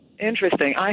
Interesting